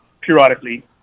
periodically